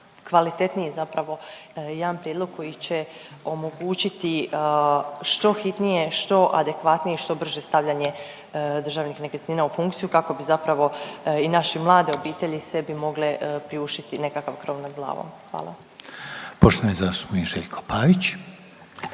kvalitetniji zapravo jedan prijedlog koji će omogućiti što hitnije, što adekvatnije, što brže stavljanje državnih nekretnina u funkciju kako bi zapravo i naše mlade obitelji sebi mogle priuštiti nekakav krov nad glavom. Hvala. **Reiner, Željko